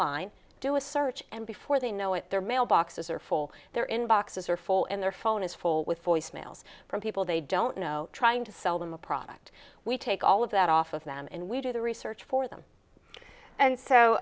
line do a search and before they know it their mailboxes are full their inbox is are full and their phone is full with voice mails from people they don't know trying to sell them a product we take all of that off of them and we do the research for them and so